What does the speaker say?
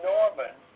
Norman